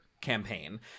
campaign